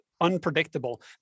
unpredictable